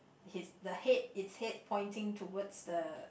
his the head its head pointing towards the